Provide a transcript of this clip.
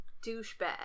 douchebag